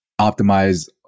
optimize